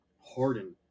Harden